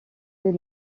des